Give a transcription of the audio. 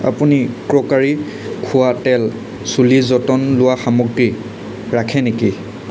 আপুনি ক্ৰকাৰী খোৱা তেল চুলিৰ যতন লোৱা সামগ্ৰী ৰাখে নেকি